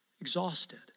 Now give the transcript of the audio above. Exhausted